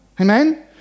Amen